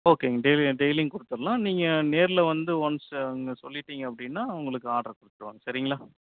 ஓகேங்க டெய்லியும் டெய்லியும் கொடுத்துட்லாம் நீங்கள் நேரில் வந்து ஒன்ஸ் அங்கே சொல்லிவிட்டிங்க அப்படின்னா உங்களுக்கு ஆட்ரு கொடுத்துருவாங்க சரிங்களா